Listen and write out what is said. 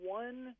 one